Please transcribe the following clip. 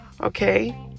okay